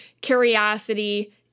curiosity